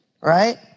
right